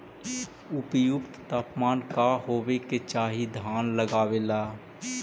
उपयुक्त तापमान का होबे के चाही धान लगावे ला?